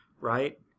right